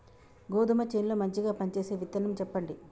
గోధుమ చేను లో మంచిగా పనిచేసే విత్తనం చెప్పండి?